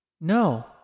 No